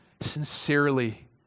sincerely